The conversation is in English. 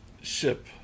ship